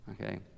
okay